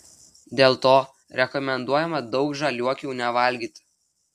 dėl to rekomenduojama daug žaliuokių nevalgyti